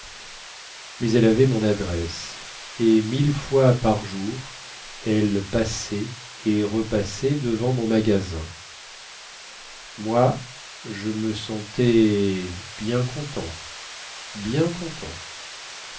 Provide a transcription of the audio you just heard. mais elle avait mon adresse et mille fois par jour elle passait et repassait devant mon magasin moi je me sentais bien content bien content